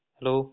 Hello